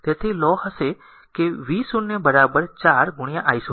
તેથી laws law કહેશે કે v0 4 i 0